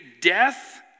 death